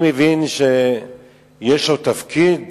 אני מבין שיש לו תפקיד